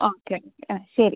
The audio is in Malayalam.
ഓക്കേ ഓക്കേ ആ ശരി